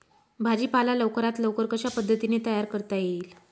भाजी पाला लवकरात लवकर कशा पद्धतीने तयार करता येईल?